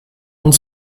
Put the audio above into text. und